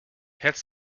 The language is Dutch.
het